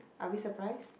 are we surprised